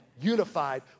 Unified